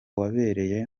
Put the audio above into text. wabereye